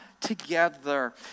together